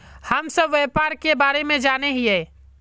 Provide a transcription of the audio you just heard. हम सब व्यापार के बारे जाने हिये?